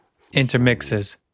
intermixes